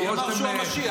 מי אמר שהוא המשיח?